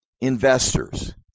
investors